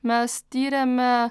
mes tyrėme